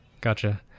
Gotcha